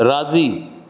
राज़ी